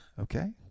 okay